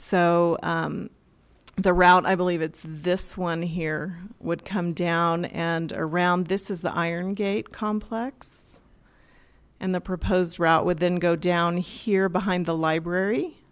so the route i believe it's this one here would come down and around this is the iron gate complex and the proposed route with then go down here behind the library